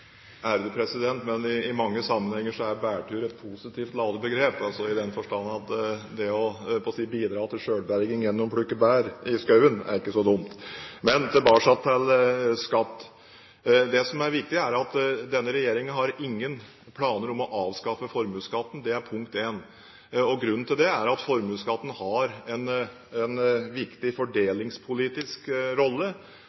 I mange sammenhenger er «bærtur» et positivt ladet begrep, i den forstand at det å bidra til selvberging gjennom å plukke bær i skauen ikke er så dumt. Men tilbake til skatt. Det som er viktig, er at denne regjeringen har ingen planer om å avskaffe formuesskatten. Det er punkt én. Grunnen til det er at formuesskatten har en viktig